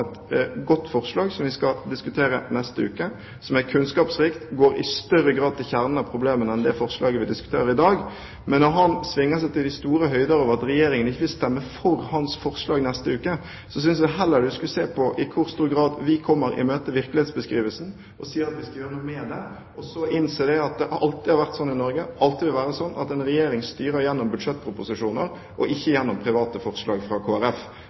et godt forslag – som vi skal diskutere neste uke – som er kunnskapsrikt, og som i større grad går til kjernen av problemene enn det forslaget vi diskuterer i dag. Men når han svinger seg til de store høyder over at Regjeringen ikke vil stemme for hans forslag neste uke, synes jeg han heller skal se på i hvor stor grad vi kommer i møte virkelighetsbeskrivelsen, og sier at vi skal gjøre noe med det, og så innse at det alltid har vært sånn i Norge – alltid vil være sånn – at en regjering styrer gjennom budsjettproposisjoner, og ikke gjennom private forslag fra